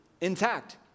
intact